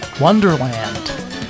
Wonderland